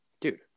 dude